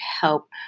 help